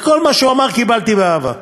וכל מה שהוא אמר קיבלתי באהבה.